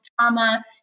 trauma